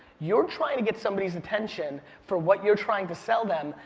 you're trying to get somebody's attention for what you're trying to sell them,